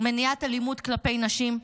מניעת אלימות כלפי נשים,